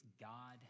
God